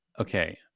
okay